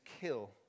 kill